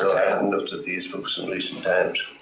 i haven't looked at these books in recent times.